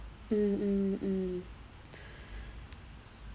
mm mm mm